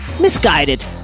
misguided